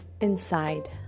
inside